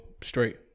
straight